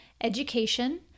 education